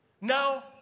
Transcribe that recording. now